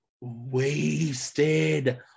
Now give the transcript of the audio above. wasted